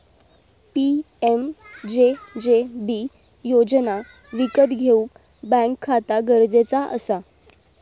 PMJJB योजना विकत घेऊक बॅन्क खाता गरजेचा असा